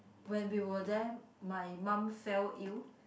when we were there my mum fell ill